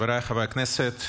חבריי חברי הכנסת,